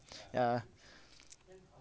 ya